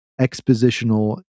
expositional